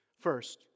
First